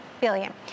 Billion